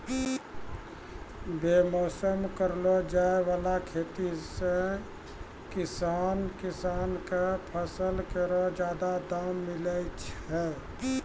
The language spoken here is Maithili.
बेमौसम करलो जाय वाला खेती सें किसान किसान क फसल केरो जादा दाम मिलै छै